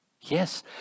Yes